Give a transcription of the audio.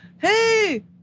hey